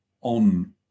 on